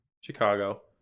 Chicago